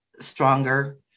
stronger